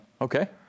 Okay